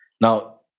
Now